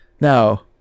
now